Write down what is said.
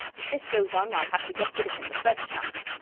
if this goes on, ill have to get rid of him the first chance.